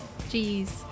Jeez